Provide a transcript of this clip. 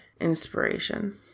inspiration